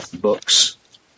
books